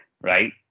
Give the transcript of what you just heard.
right